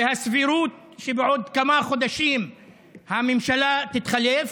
והסבירות שבעוד כמה חודשים הממשלה תתחלף,